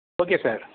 okay sir